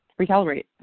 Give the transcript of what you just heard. recalibrate